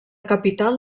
capital